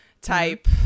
type